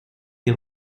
des